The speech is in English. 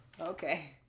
okay